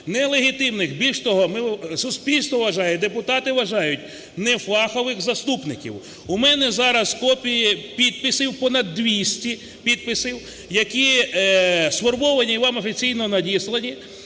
нелегітимних, більш того, суспільство вважає, депутати вважають, нефахових заступників. У мене зараз копії підписів, понад 200 підписів, які сформовані і вам офіційно надіслані,